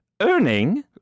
earning